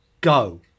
go